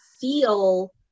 feel